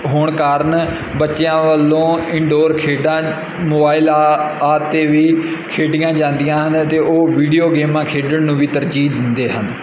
ਹੋਣ ਕਾਰਨ ਬੱਚਿਆਂ ਵੱਲੋਂ ਇਨਡੋਰ ਖੇਡਾਂ ਮੋਬਾਈਲਾਂ ਆਦਿ 'ਤੇ ਵੀ ਖੇਡੀਆਂ ਜਾਂਦੀਆਂ ਹਨ ਅਤੇ ਉਹ ਵੀਡੀਓ ਗੇਮਾਂ ਖੇਡਣ ਨੂੰ ਵੀ ਤਰਜੀਹ ਦਿੰਦੇ ਹਨ